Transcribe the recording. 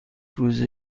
روزه